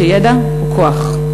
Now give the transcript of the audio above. שידע הוא כוח,